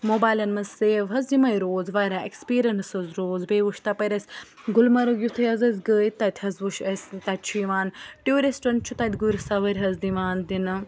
موبایلَن منٛز سیو حظ یِمٔے روز واریاہ ایکٕسپیٖریَنٕس حظ روز بیٚیہِ وُچھ تَپٲرۍ اسہِ گُلمرگ یُتھُے حظ أسۍ گٔیٚے تَتہِ حظ وُچھ اسہِ تَتہِ چھُ یِوان ٹیٛوٗرِسٹَن چھِ تَتہِ گُرۍ سَوٲرۍ حظ یِوان دِنہٕ